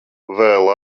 vēl